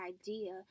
idea